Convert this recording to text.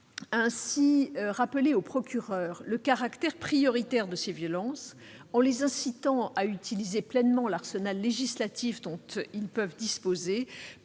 ainsi rappelé aux procureurs le caractère prioritaire du traitement de ces violences, en les incitant à utiliser pleinement l'arsenal législatif dont ils disposent,